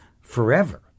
forever